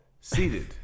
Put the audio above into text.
Seated